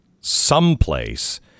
someplace